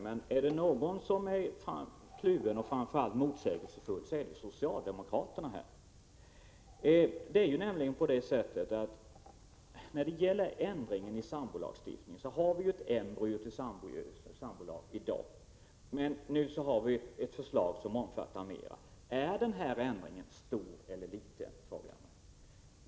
Men är det några som är kluvna och framför allt motsägelsefulla är det socialdemokraterna. Vi har ju i dag ett embryo till sambolag, men nu har vi ett förslag som är mer omfattande. Är den här ändringen stor eller liten, frågar jag mig.